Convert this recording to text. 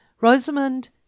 Rosamond